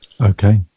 Okay